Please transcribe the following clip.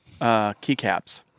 keycaps